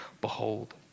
Behold